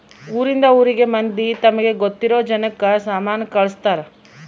ಊರಿಂದ ಊರಿಗೆ ಮಂದಿ ತಮಗೆ ಗೊತ್ತಿರೊ ಜನಕ್ಕ ಸಾಮನ ಕಳ್ಸ್ತರ್